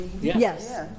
Yes